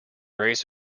race